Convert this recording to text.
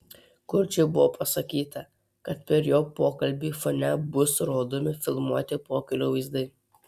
kurčiui buvo pasakyta kad per jo pokalbį fone bus rodomi filmuoti pokylio vaizdai